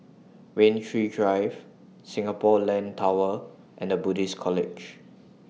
Rain Tree Drive Singapore Land Tower and The Buddhist College